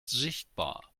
sichtbar